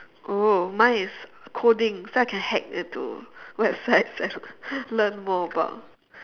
oh mine is coding so I can hack into websites and learn more about